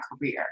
career